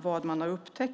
vad man har upptäckt.